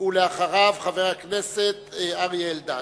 ואחריו חבר הכנסת אריה אלדד.